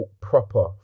proper